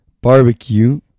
barbecue